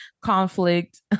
conflict